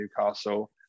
Newcastle